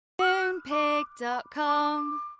Moonpig.com